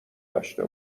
داشته